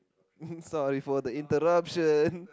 sorry for the interruption